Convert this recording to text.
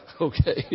Okay